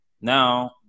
now